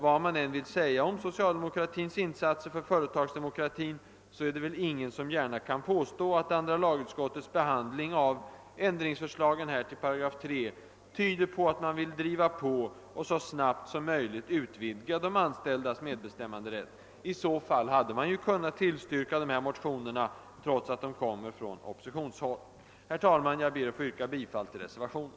Vad man än vill säga om socialdemokratins insatser för företagsdemokrati, kan väl ingen gärna påstå att andra Jlagutskottets behandling av ändringsförslagen till paragraf 3 tyder på att man vill driva på och så snabbt som möjligt utvidga de anställdas medbestämmanderätt. I så fall hade man ju kunnat tillstyrka motionerna, trots att de kommer från oppositionen. Herr talman! Jag ber att få yrka bifall till reservationen.